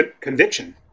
conviction